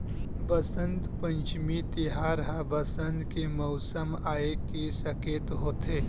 बसंत पंचमी तिहार ह बसंत के मउसम आए के सकेत होथे